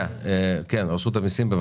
שנייה, חבר הכנסת גפני, אני רוצה תשובה.